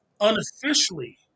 Unofficially